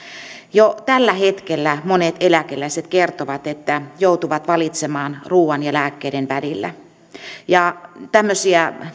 jo tällä hetkellä monet eläkeläiset kertovat että joutuvat valitsemaan ruuan ja lääkkeiden välillä tämmöisiä